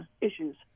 issues